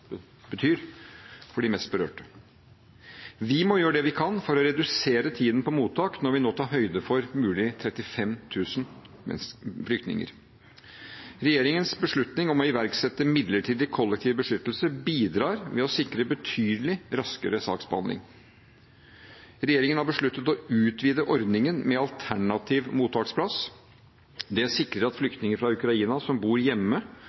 betyr for de mest berørte. Vi må gjøre det vi kan for å redusere tiden på mottak når vi nå tar høyde for mulig 35 000 flyktninger. Regjeringens beslutning om å iverksette midlertidig kollektiv beskyttelse bidrar ved å sikre betydelig raskere saksbehandling. Regjeringen har besluttet å utvide ordningen med alternativ mottaksplass. Det sikrer at flyktninger fra Ukraina som bor hjemme